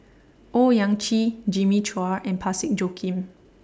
Owyang Chi Jimmy Chua and Parsick Joaquim